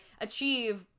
achieve